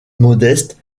modestes